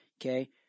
okay